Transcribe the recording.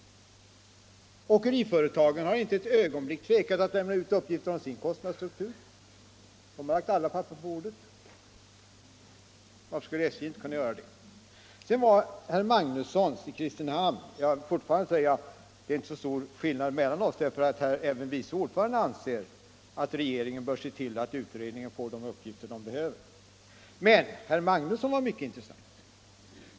Åkeriföretagen har inte ett ögonblick tvekat att lämna ut uppgifter om sin kostnadsstruktur. De har lagt alla papper på bordet. Varför skulle inte SJ kunna göra det? Det råder nog inte så stor meningsskillnad mellan oss, för även utskottets vice ordförande anser tydligen att regeringen bör se till att utredningen får de uppgifter den behöver. Herr Magnussons i Kristinehamn inlägg var mycket intressant.